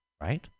right